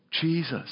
Jesus